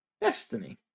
destiny